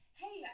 hey